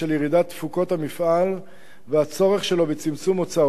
תפוקות המפעל והצורך שלו בצמצום הוצאותיו,